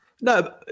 No